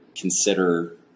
consider